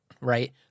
right